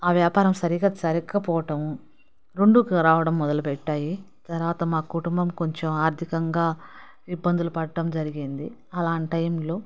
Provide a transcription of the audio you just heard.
ఆ వ్యాపారం సరిగ్గా జరగకపోవటము రెండు రావటం మొదలు పెట్టాయి తర్వాత మా కుటుంబం కొంచెం ఆర్థికంగా ఇబ్బందులు పడటం జరిగింది అలాంటి టైంలో